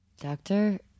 Doctor